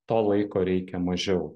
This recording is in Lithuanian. to laiko reikia mažiau